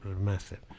massive